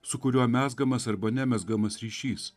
su kuriuo mezgamas arba nemezgamas ryšys